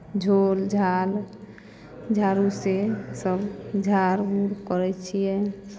झोल झाल झाड़ूसँ सभ झाड़ उड़ करै छियै